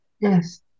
Yes